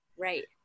Right